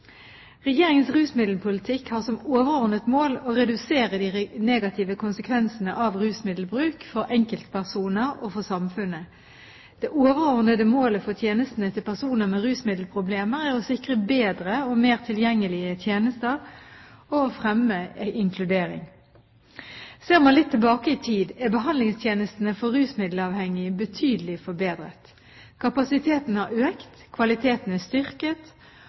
Regjeringens rusmiddelpolitikk har som overordnet mål å redusere de negative konsekvensene av rusmiddelbruk for enkeltpersoner og for samfunnet. Det overordnede målet for tjenestene til personer med rusmiddelproblemer er å sikre bedre og mer tilgjengelige tjenester og fremme inkludering. Ser man litt tilbake i tid, er behandlingstjenestene for rusmiddelavhengige betydelig forbedret. Kapasiteten har økt, kvaliteten er styrket